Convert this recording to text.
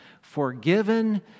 forgiven